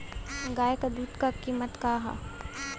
गाय क दूध क कीमत का हैं?